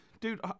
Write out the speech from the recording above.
dude